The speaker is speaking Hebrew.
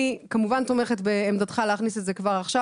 כמובן תומכת בעמדתך להכניס את זה כבר עכשיו,